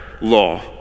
law